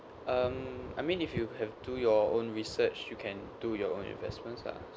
um I mean if you have to your own research you can do your own investments ah